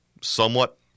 somewhat